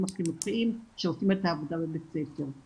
החינוכיים שעושים את העבודה בבית הספר.